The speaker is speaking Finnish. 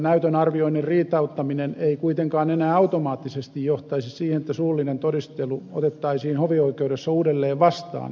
näytön arvioinnin riitauttaminen ei kuitenkaan enää automaattisesti johtaisi siihen että suullinen todistelu otettaisiin hovioikeudessa uudelleen vastaan